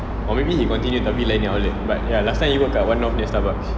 or maybe he continue lain punya outlet but ya last time he work at one-north nya starbucks